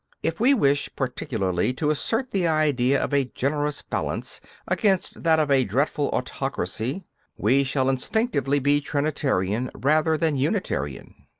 if we wish particularly to assert the idea of a generous balance against that of a dreadful autocracy we shall instinctively be trinitarian rather than unitarian.